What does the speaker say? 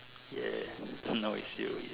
ya no it's you yes